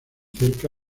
cerca